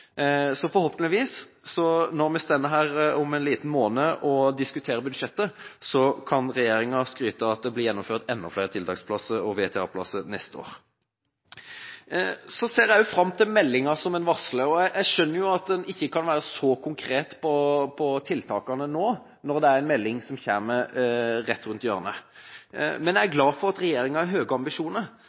Forhåpentligvis, når vi står her om en liten måned og diskuterer budsjettet, kan regjeringa skryte av at det blir gjennomført enda flere tiltaksplasser og VTA-plasser neste år. Så ser jeg også fram til meldinga som er varslet. Jeg skjønner jo at en ikke kan være så konkret når det gjelder tiltakene nå, når det er en melding som er rett rundt hjørnet, men jeg er glad for at regjeringa har høye ambisjoner,